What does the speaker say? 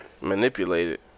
manipulated